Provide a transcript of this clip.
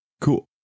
Cool